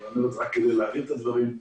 אלא רק כדי להבהיר את הדברים,